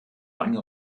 lange